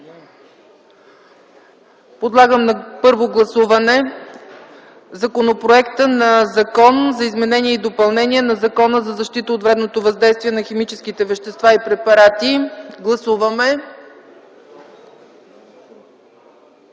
Подлагам на първо гласуване Законопроекта за изменение и допълнение на Закона за защита от вредното въздействие на химическите вещества и препарати. Моля, гласувайте.